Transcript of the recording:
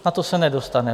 Na to se nedostane.